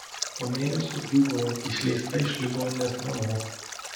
po mėnesio džiūgavau išleista iš ligoninės namo